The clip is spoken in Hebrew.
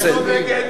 בסדר.